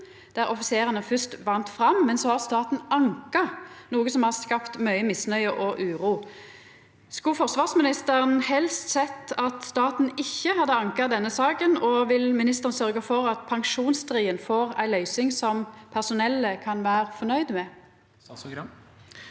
der offiserane fyrst vann fram, men så har staten anka, noko som har skapt mykje misnøye og uro. Skulle forsvarsministeren helst sett at staten ikkje hadde anka denne saka, og vil ministeren sørgja for at ein finn ei løysing som personellet kan vera fornøgd med,